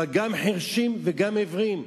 אבל גם חירשים וגם עיוורים.